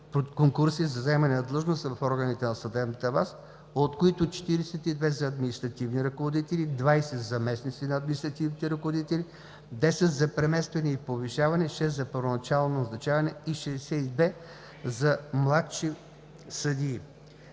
конкурси за заемане на длъжност в органите на съдебната власт, от които: 42 – за административни ръководители, 20 – за заместници на административните ръководители, 10 – за преместване и повишаване, 6 – за първоначално назначаване, и 62 – за младши съдии.